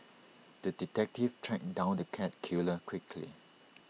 the detective tracked down the cat killer quickly